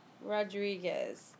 Rodriguez